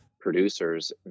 producers